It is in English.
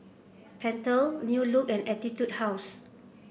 Pentel New Look and Etude House